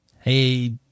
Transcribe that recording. Hey